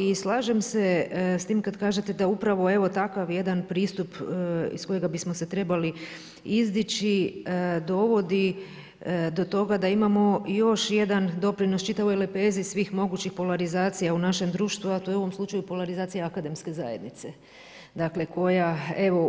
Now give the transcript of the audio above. I slažem se s tim kad kažete da upravo evo takav jedan pristup iz kojega bismo se trebali izdići dobodi do toga da imamo još jedan doprinos čitavoj lepezi svih mogućih polarizacija u našem društvu, a to je u ovom slučaju polarizacija akademske zajednice koja